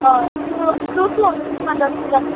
હા શું શું શું વસ્તુનાં દસ હજાર